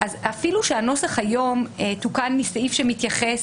אפילו שהנוסח היום תוקן מסעיף שמתייחס